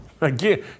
again